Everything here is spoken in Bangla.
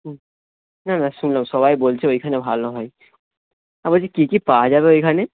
হুম না না শুনলাম সবাই বলছে ওইখানে ভালো হয় আমি কী কী পাওয়া যাবে ওইখানে